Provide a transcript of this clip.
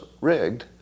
rigged